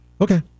Okay